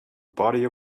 body